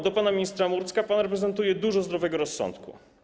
Do pana ministra Murdzka - pan reprezentuje dużo zdrowego rozsądku.